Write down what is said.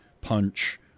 punch